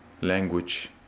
language